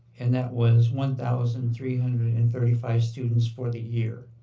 and that was one thousand three hundred and thirty five students for the year.